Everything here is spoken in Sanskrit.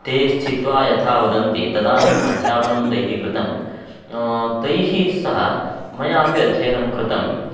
ते स्थित्वा यथा वदन्ति तदानीम् अध्यापनं तैः कृतं तैः सह मयापि अध्ययनं कृतम्